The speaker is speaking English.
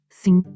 sim